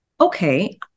Okay